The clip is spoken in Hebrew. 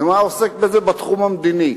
אם היה עוסק בזה בתחום המדיני,